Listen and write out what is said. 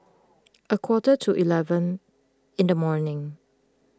a quarter to eleven in the morning